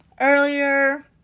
earlier